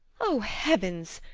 o heavens!